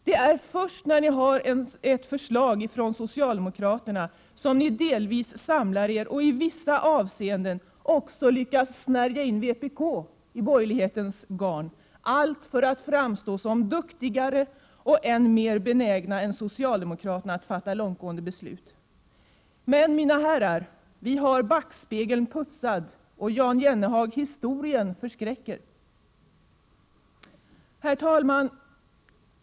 Det är först när ni har ett förslag från socialdemokraterna som ni delvis samlar er och i vissa avseenden också lyckas snärja in vpk i borgerlighetens garn, allt för att framstå som duktigare och än mer benägna än socialdemokraterna att fatta långtgående beslut. Men, mina herrar, vi har backspegeln putsad. Och, Jan Jennehag, historien förskräcker! Herr talman!